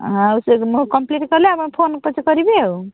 ଆଉ ସେ ମୋ କମ୍ପ୍ଲିଟ୍ କଲେ ଆପଣ ଫୋନ୍ ପଛେ କରିବେ ଆଉ